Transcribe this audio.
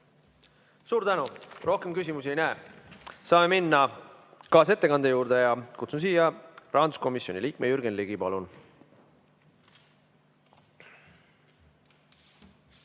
Suur tänu! Rohkem küsimusi ma ei näe. Saame minna kaasettekande juurde. Kutsun siia rahanduskomisjoni liikme Jürgen Ligi. Palun!